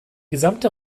gesamte